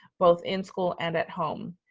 both in school and at home.